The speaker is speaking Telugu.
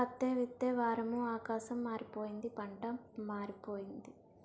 పత్తే విత్తే వారము ఆకాశం మారిపోయింది పంటా మారిపోయింది